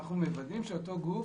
אנחנו מוודאים שאותו גוף